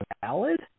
valid